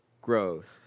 growth